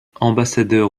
ambassadeur